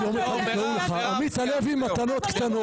יום אחד יקראו לך, עמית הלוי מתנות קטנות.